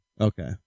okay